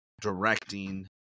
directing